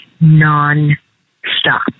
non-stop